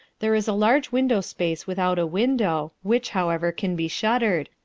there is a large window space without a window, which, however, can be shuttered,